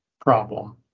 problem